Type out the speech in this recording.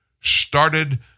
started